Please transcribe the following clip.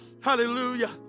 Hallelujah